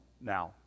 now